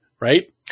right